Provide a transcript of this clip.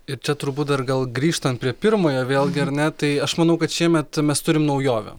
ir čia turbūt dar gal grįžtant prie pirmojo vėlgi ar ne tai aš manau kad šiemet mes turim naujovę